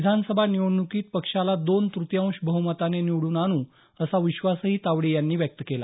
विधानसभा निवडणुकीत पक्षाला दोन तृतीयांश बहुमताने निवडून आणू असा विश्वासही तावडे यांनी व्यक्त केला